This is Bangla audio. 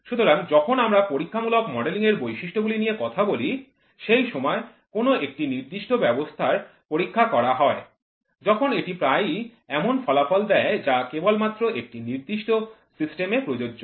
সুতরাং যখন আমরা পরীক্ষামূলক মডেলিংয়ের বৈশিষ্ট্যগুলি নিয়ে কথা বলি সেই সময় কোন একটি নির্দিষ্ট ব্যবস্থার পরীক্ষা করা হয় তখন এটি প্রায়শই এমন ফলাফল দেয় যা কেবলমাত্র একটি নির্দিষ্ট সিস্টেমে প্রযোজ্য